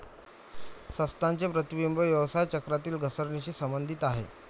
संस्थांचे प्रतिबिंब व्यवसाय चक्रातील घसरणीशी संबंधित आहे